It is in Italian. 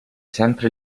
sempre